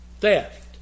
theft